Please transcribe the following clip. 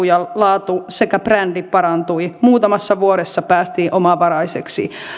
ja laatu sekä brändi parantuivat muutamassa vuodessa päästiin omavaraiseksi